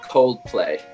Coldplay